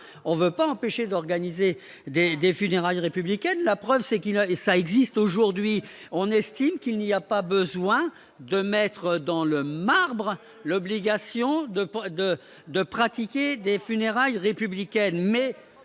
on veut pas empêcher d'organiser des des funérailles républicaine, la preuve c'est qu'il a et ça existe aujourd'hui, on estime qu'il n'y a pas besoin de mettre dans le marbre l'obligation de, de, de pratiquer des funérailles républicaine